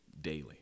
daily